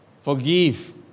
forgive